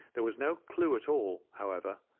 there was no clue at all, however,